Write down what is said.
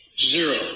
Zero